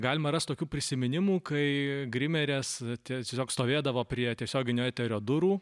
galima rast tokių prisiminimų kai grimerės tiesiog stovėdavo prie tiesioginio eterio durų